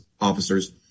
Officers